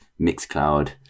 Mixcloud